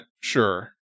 sure